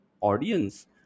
audience